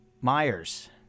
Myers